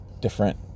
different